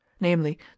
namely